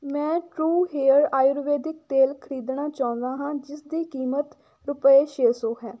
ਮੈਂ true hair ਆਯੁਰਵੈਦਿਕ ਤੇਲ ਖਰੀਦਣਾ ਚਾਹੁੰਦਾ ਹਾਂ ਜਿਸ ਦੀ ਕੀਮਤ ਰੁਪਏ ਛੇ ਸੌ ਹੈ